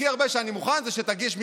הכי הרבה שאני מוכן זה שתגיש מכתב.